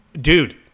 dude